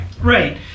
Right